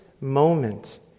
moment